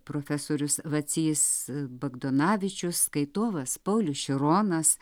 profesorius vacys bagdonavičius skaitovas paulius šironas